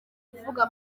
kuvuga